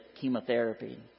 chemotherapy